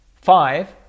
five